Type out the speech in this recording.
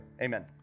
Amen